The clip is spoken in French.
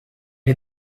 est